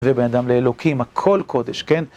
ובין אדם לאלוקים הכל קודש, כן?